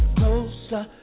closer